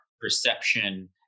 perception